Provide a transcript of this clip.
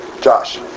Josh